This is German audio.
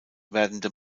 werdende